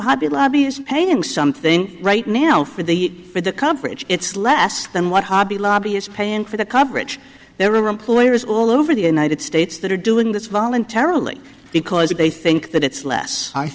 hobby lobby is paying something right now for the for the coverage it's less than what hobby lobby is paying for the coverage there are employers all over the united states that are doing this voluntarily because they think that it's less